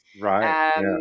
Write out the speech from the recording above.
Right